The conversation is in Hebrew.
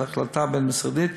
של החלטה בין-משרדית,